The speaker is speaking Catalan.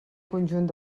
conjunt